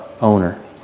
owner